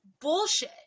bullshit